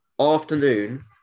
Afternoon